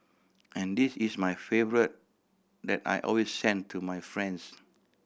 and this is my favourite that I always send to my friends